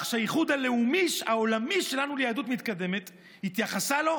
שהאיחוד העולמי שלנו ליהדות מתקדמת התייחסה לו,